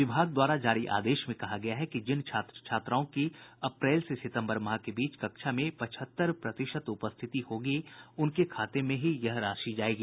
विभाग द्वारा जारी आदेश में कहा गया है कि जिन छात्र छात्राओं की अप्रैल से सितम्बर माह के बीच कक्षा में पचहत्तर प्रतिशत उपस्थिति होगी उनके खाते में ही यह राशि जायेगी